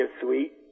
suite